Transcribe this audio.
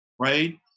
Right